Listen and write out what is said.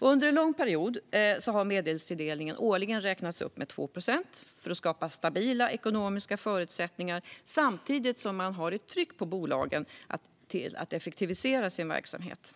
Under en lång period har medelstilldelningen årligen räknats upp med 2 procent för att skapa stabila ekonomiska förutsättningar samtidigt som man har ett tryck på bolagen att effektivisera sina verksamheter.